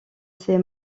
ses